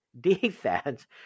defense